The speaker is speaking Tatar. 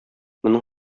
моның